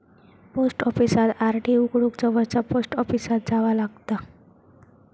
post ऑफिसात RD उघडूक जवळचा पोस्ट ऑफिसात जावा लागता